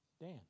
Dan